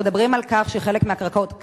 אנחנו מדברים על כך שחלק מהקרקעות,